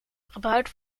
gebruik